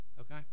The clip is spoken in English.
Okay